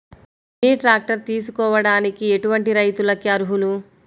Mini tractor తీసుకోవడానికి ఎటువంటి రైతులకి అర్హులు?